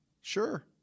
Sure